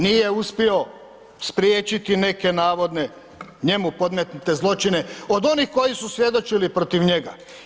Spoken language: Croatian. Nije uspio spriječiti neke navodne njemu podmetnute zločine od onih koji su svjedočili protiv njega.